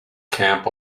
camp